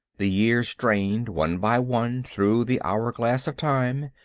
the years drained one by one through the hour-glass of time.